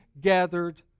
gathered